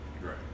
Right